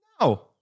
No